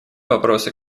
вопросы